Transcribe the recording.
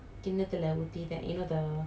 ya the mold